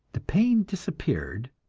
the pain disappeared,